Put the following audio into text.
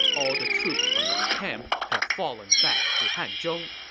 all the troops from that camp have fallen back to hanzhong.